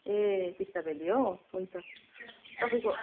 ए Teesta valley हो हुन्छ तपाईँको